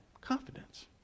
confidence